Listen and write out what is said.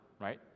right